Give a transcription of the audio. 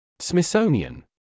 Smithsonian